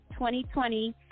2020